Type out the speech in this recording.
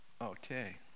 okay